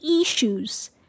issues